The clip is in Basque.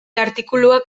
artikuluak